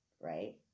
right